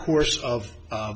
course of